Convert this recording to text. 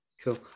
cool